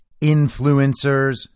influencers